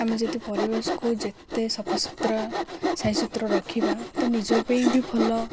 ଆମେ ଯଦି ପରିବେଶକୁ ଯେତେ ସଫା ସୁୁତୁରା ସାଇଜସତୁରା ରଖିବା ତ ନିଜ ପାଇଁ ବି ଭଲ